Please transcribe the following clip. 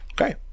Okay